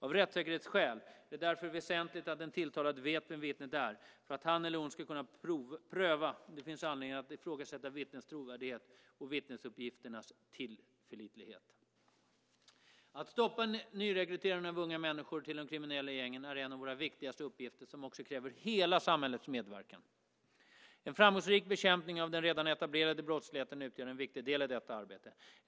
Av rättssäkerhetsskäl är det därför väsentligt att en tilltalad vet vem vittnet är för att han eller hon ska kunna pröva om det finns anledning att ifrågasätta vittnets trovärdighet och vittnesuppgifternas tillförlitlighet. Att stoppa nyrekryteringen av unga människor till de kriminella gängen är en av våra viktigaste uppgifter som också kräver hela samhällets medverkan. En framgångsrik bekämpning av den redan etablerade brottsligheten utgör en viktig del i detta arbete.